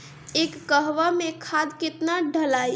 एक कहवा मे खाद केतना ढालाई?